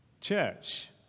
church